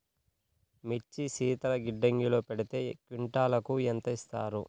మిర్చి శీతల గిడ్డంగిలో పెడితే క్వింటాలుకు ఎంత ఇస్తారు?